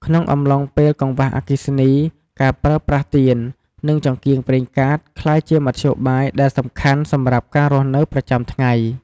ក្នុងអំឡុងពេលកង្វះអគ្គិសនី ការប្រើប្រាស់ទៀន និងចង្កៀងប្រេងកាតក្លាយជាមធ្យោបាយដែលសំខាន់សម្រាប់ការរស់នៅប្រចាំថ្ងៃ។